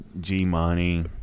G-Money